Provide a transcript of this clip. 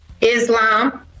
Islam